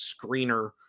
screener